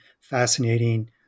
fascinating